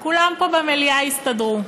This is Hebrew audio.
כולם פה במליאה יסתדרו,